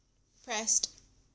pressed